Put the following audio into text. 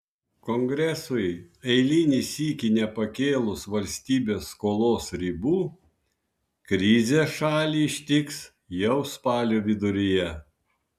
kongresui eilinį sykį nepakėlus valstybės skolos ribų krizė šalį ištiks jau spalio viduryje